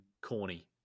corny